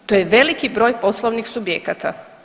To je veliki broj poslovnih subjekata.